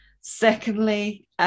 Secondly